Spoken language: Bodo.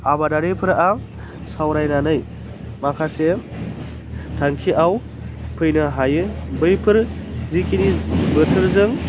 आबादारिफोरा सावरायनानै माखासे थांखियाव फैनो हायो बैफोर जिखिनि बोथोरजों